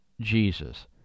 Jesus